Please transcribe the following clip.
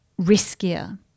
riskier